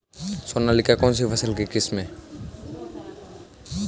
सोनालिका कौनसी फसल की किस्म है?